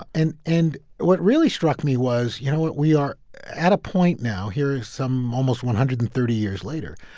and and what really struck me was, you know, we are at a point now, here some almost one hundred and thirty years later,